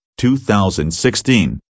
2016